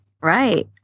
right